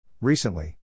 Recently